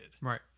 Right